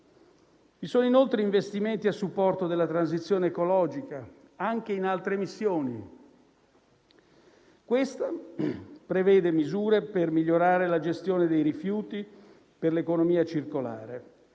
Vi sono inoltre investimenti a supporto della transizione ecologica anche in altre missioni. Questa prevede misure per migliorare la gestione dei rifiuti e per l'economia circolare;